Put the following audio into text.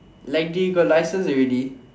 like they got license already